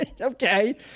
Okay